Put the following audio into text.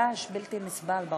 הרעש באולם בלתי נסבל.